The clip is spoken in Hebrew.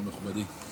שלום, מכובדי.